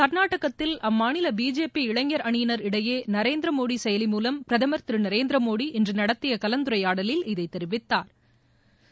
கர்நாடகத்தில் அம்மாநில பிஜேபி இளைஞர் அணியினர் இடையே நரேந்திர மோடி செயலி மூலம் பிரதமர் திரு நரேந்திர மோடி இன்று நடத்திய கலந்துரையாடலில் இதை தெரிவித்தாா்